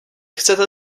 chcete